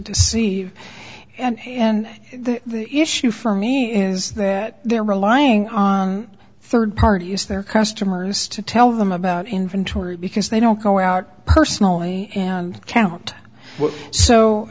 deceive and the issue for me is that they're relying on third party use their customers to tell them about inventory because they don't go out personally and count so